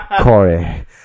Corey